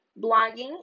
blogging